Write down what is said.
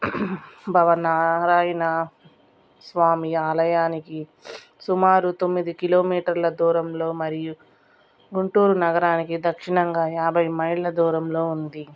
భవనారాయణ స్వామి ఆలయానికి సుమారు తొమ్మిది కిలోమీటర్ల దూరంలో మరియు గుంటూరు నగరానికి దక్షిణంగా యాభై మైళ్ళ దూరంలో ఉంది